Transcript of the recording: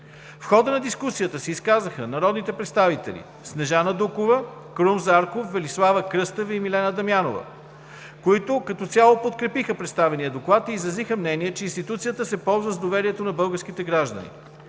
В хода на дискусията се изказаха народните представители Снежана Дукова, Крум Зарков, Велислава Кръстева и Милена Дамянова, които като цяло подкрепиха представения доклад и изразиха мнения, че институцията се ползва с доверието на българските граждани.